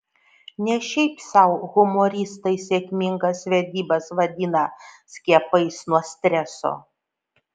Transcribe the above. ne šiaip sau humoristai sėkmingas vedybas vadina skiepais nuo streso